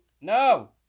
No